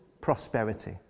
prosperity